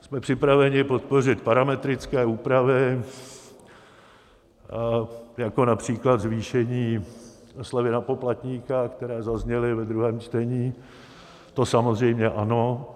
Jsme připraveni podpořit parametrické úpravy, jako například zvýšení slevy na poplatníka, které zazněly ve druhém čtení, to samozřejmě ano.